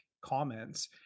comments